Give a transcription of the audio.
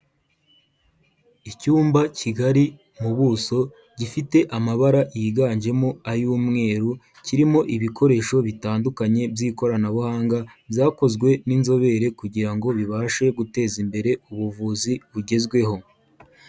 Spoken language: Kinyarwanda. Icyumba kigari mu buso, gifite amabara yiganjemo ay'umweru, kirimo ibikoresho bitandukanye by'ikoranabuhanga, byakozwe n'inzobere kugira ngo bibashe guteza imbere ubuvuzi bugezweho.